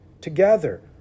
together